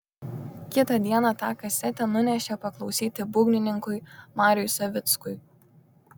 kitą dieną tą kasetę nunešė paklausyti būgnininkui mariui savickui